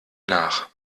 nach